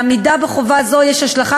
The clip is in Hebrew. לעמידה בחובה זו יש השלכה,